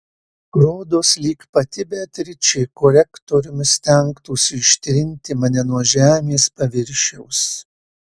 rodos lyg pati beatričė korektoriumi stengtųsi ištrinti mane nuo žemės paviršiaus